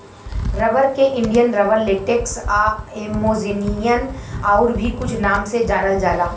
rubber के Indian rubber, latex आ Amazonian आउर भी कुछ नाम से जानल जाला